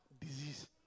disease